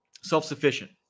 self-sufficient